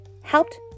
helped